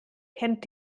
kennt